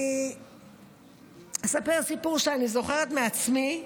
אני אספר סיפור שאני זוכרת מעצמי.